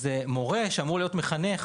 אז מוֹרֶה שאמור להיות מחנך